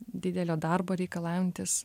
didelio darbo reikalaujantis